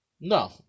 No